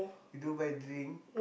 you don't buy drink